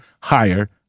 higher